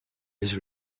his